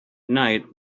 night